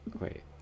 Wait